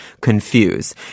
confuse